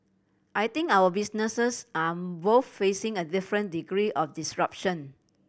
I think our businesses are both facing a different degree of disruption